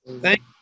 Thank